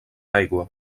aigua